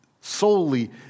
solely